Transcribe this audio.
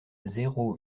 zéro